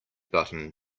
button